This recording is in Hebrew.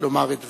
לומר את דבריה.